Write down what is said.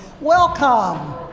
welcome